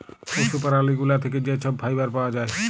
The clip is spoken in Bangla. পশু প্যারালি গুলা থ্যাকে যে ছব ফাইবার পাউয়া যায়